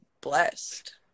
blessed